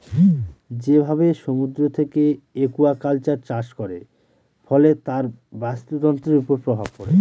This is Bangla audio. যেভাবে সমুদ্র থেকে একুয়াকালচার চাষ করে, ফলে তার বাস্তুতন্ত্রের উপর প্রভাব পড়ে